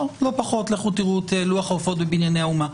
לכו תראו את לוח ההופעות בבנייני האומה.